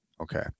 okay